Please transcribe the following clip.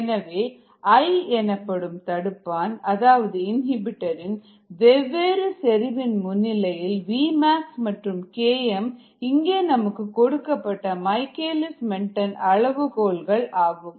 எனவேI எனப்படும் தடுப்பான் அதாவது இன்ஹிபிட்டர் இன் வேவ்வேறு செறிவின் முன்னிலையில் vmaxமற்றும் km இங்கே நமக்கு கொடுக்கப்பட்ட மைக்கேல்லிஸ் மென்டென் அளவுகோல்கள் ஆகும்